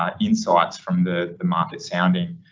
um insights from the market sounding,